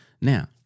Now